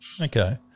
Okay